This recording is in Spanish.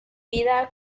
vida